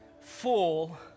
full